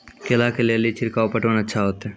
केला के ले ली छिड़काव पटवन अच्छा होते?